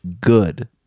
good